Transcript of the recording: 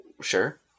Sure